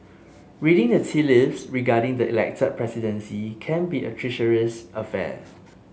reading the tea leaves regarding the elected presidency can be a treacherous affair